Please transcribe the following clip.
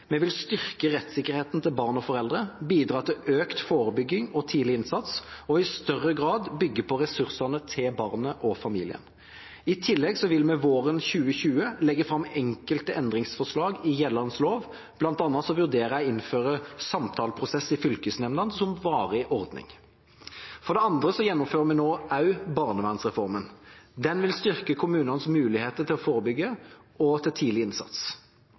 Vi vil styrke rettssikkerheten til barn og foreldre, bidra til økt forebygging og tidlig innsats og i større grad bygge på ressursene til barnet og familien. I tillegg vil vi våren 2020 legge fram enkelte endringsforslag i gjeldende lov, bl.a. vurderer jeg å innføre samtaleprosess i fylkesnemndene som varig ordning. For det andre gjennomfører vi nå også barnevernsreformen. Den vil styrke kommunenes muligheter til forebygging og tidlig innsats.